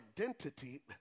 identity